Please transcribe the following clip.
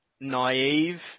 naive